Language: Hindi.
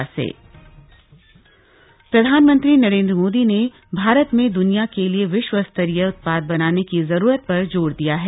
पीएम संबोधन प्रधानमंत्री नरेन्द्र मोदी ने भारत में द्निया के लिए विश्व स्तरीय उत्पाद बनाने की जरूरत पर जोर दिया है